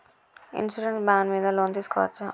Insurance bond మీద loan తీస్కొవచ్చా?